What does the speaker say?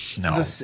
no